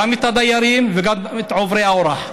גם של הדיירים וגם של עוברי האורח,